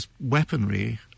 weaponry